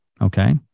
Okay